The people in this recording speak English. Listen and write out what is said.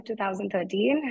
2013